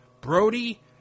Brody